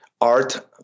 art